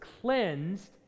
cleansed